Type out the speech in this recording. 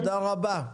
תודה רבה.